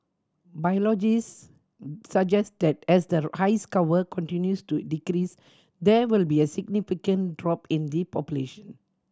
biologists suggest that as the ice cover continues to decrease there will be a significant drop in the population